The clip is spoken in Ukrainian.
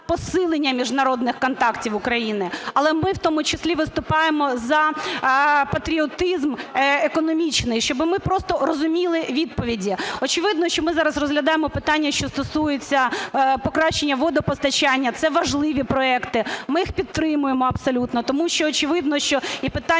посилення міжнародних контактів України, але ми в тому числі виступаємо за патріотизм економічний, щоби ми просто розуміли відповіді. Очевидно, що ми зараз розглядаємо питання, що стосується покращення водопостачання, це важливі проекти, ми їх підтримуємо абсолютно. Тому що очевидно, що і питання